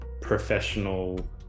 professional